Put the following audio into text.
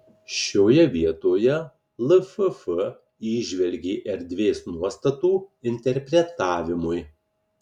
šioje vietoje lff įžvelgė erdvės nuostatų interpretavimui